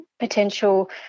potential